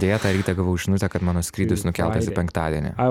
deja tą rytą gavau žinutę kad mano skrydis nukeltas į penktadienį